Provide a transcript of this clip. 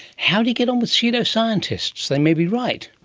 how do you get on with pseudo scientists? they may be right.